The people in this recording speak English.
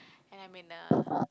and I'm in a